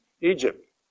Egypt